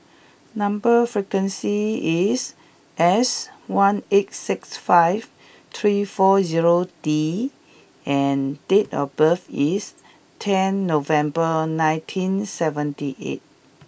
number sequence is S one eight six five three four zero D and date of birth is ten November nineteen seventy eight